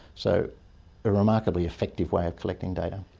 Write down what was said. so a remarkably effective way of collecting data.